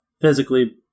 physically